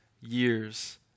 years